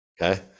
okay